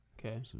Okay